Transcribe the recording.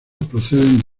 proceden